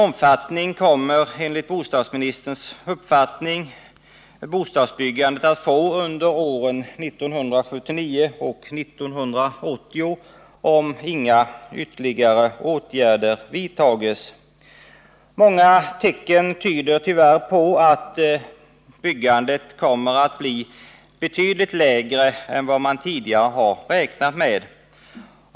Många tecken tyder tyvärr på att byggandet kommer att bli av betydligt mindre omfattning än vad man tidigare har räknat med.